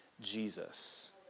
Jesus